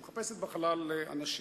היא מחפשת בחלל אנשים.